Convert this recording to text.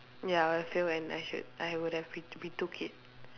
ya I'll fail and I should I would have re~ retook it